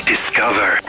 Discover